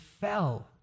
fell